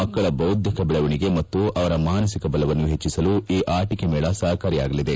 ಮಕ್ನಳ ಬೌದ್ಧಿಕ ಬೆಳವಣಿಗೆ ಮತ್ತು ಅವರ ಮಾನಸಿಕ ಬಲವನ್ನು ಹೆಚ್ಚಿಸಲು ಈ ಆಟಿಕೆ ಮೇಳ ಸಹಕಾರಿಯಾಗಲಿದೆ